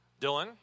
Dylan